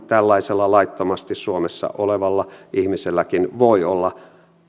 tällaisella laittomasti suomessa olevalla ihmiselläkin voi olla